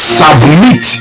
submit